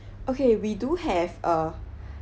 okay we do have a